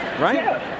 right